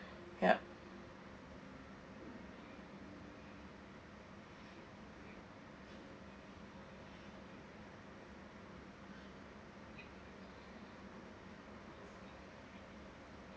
yup